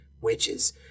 witches